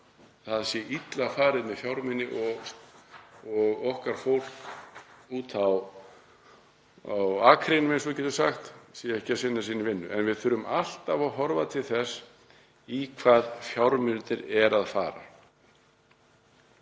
það sé illa farið með fjármuni og að okkar fólk úti á akrinum, eins og við getum sagt, sé ekki að sinna sinni vinnu. En við þurfum alltaf að horfa til þess í hvað fjármunirnir eru að fara.